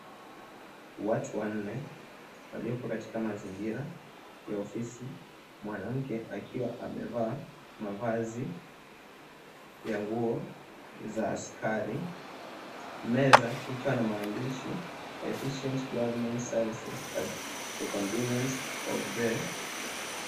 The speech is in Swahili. Watu wanne waliopo katika mazingira ya ofisi, mwanamke akiwa amevaa mavazi ya nguo za askari. Meza ikiwa na maandishi, "Efficient Government Services at the convenience of the..."